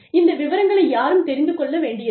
இந்த விவரங்களை யாரும் தெரிந்து கொள்ள வேண்டியதில்லை